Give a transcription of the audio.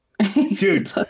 Dude